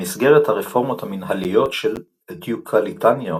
במסגרת הרפורמות המנהליות של דיוקלטיאנוס